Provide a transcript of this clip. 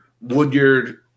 Woodyard –